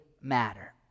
matter